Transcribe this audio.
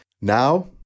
Now